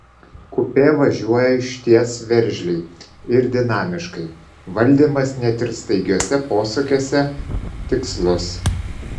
kupė važiuoja išties veržliai ir dinamiškai valdymas net ir staigiuose posūkiuose tikslus